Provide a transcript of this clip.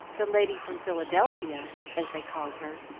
the lady from philadelphia, as they called her,